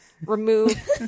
remove